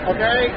Okay